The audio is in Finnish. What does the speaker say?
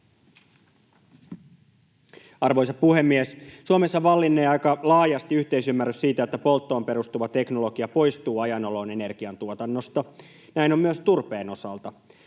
Arvoisa puhemies! Suomessa vallinnee aika laajasti yhteisymmärrys siitä, että polttoon perustuva teknologia poistuu ajan oloon energiantuotannosta. Näin on myös turpeen osalta.